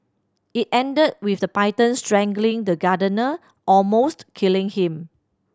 it ended with the python strangling the gardener almost killing him